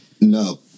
No